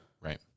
Right